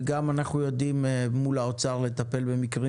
וגם אנחנו יודעים מול האוצר לטפל במקרים